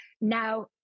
Now